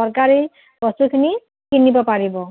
দৰকাৰী বস্তুখিনি কিনিব পাৰিব